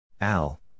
Al